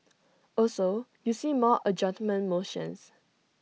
also you see more adjournment motions